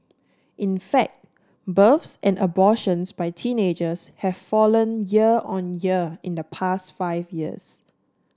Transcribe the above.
in fact births and abortions by teenagers have fallen year on year in the past five years